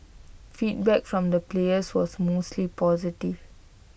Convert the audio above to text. feedback from the players was mostly positive